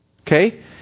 okay